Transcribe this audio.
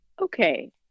okay